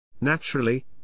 Naturally